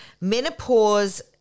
menopause